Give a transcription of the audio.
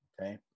okay